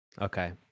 Okay